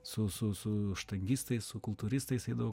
su su su štangistais su kultūristais eidavau